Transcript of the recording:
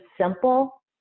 simple